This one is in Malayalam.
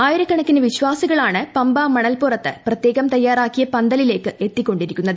ആയിരക്കണക്കിന് വിശ്വാസികളാണ് പമ്പ മണൽപ്പുറത്ത് പ്രത്യേകം തയ്യാറാക്കിയ പന്തലിലേക്ക് എത്തി കൊണ്ടിരിക്കുന്നത്